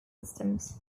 systems